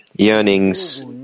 Yearnings